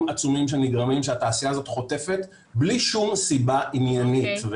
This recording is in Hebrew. עצומים שנגרמים שהתעשייה הזאת חוטפת בלי שום סיבה עניינית.